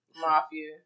Mafia